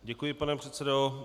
Děkuji, pane předsedo.